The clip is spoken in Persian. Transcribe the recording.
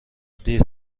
دیر